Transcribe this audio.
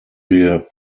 wir